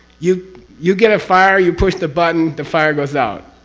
you you get a fire, you push the button, the fire goes out.